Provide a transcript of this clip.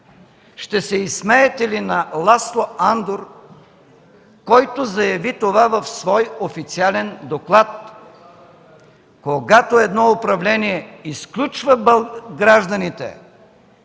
Ще се изсмеете ли на Ласло Андор, който заяви това в свой официален доклад? Когато едно управление изключва гражданите,